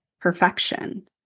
perfection